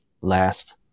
last